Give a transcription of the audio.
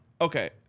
Okay